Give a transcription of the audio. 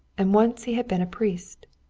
and once he had been a priest.